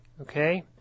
okay